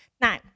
Now